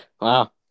Wow